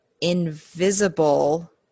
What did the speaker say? invisible